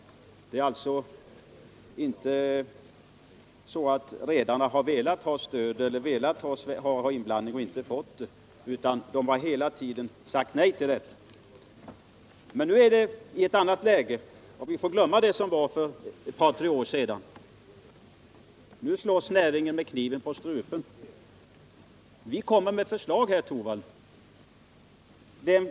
Det är alltså inte så att redarna velat ha inblandning och inte fått det, herr Torwald, utan de har hela tiden sagt nej till det. Men nu är det ett annat läge och vi får glömma det som var för ett par år sedan. Nu slåss näringen med kniven på strupen. Vi framlägger förslag, Rune Torwald.